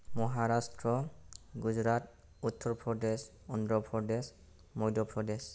Maharashtra' Gujarat Uttar Pradesh Andhra' Pradesh Madhya Pradesh